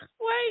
Wait